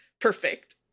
perfect